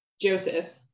Joseph